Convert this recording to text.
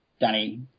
Danny